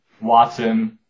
Watson